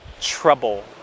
trouble